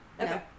Okay